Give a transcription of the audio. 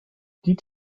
die